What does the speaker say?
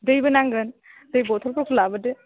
दैबो नांगोन दै बथलफोरखौ लाबोदो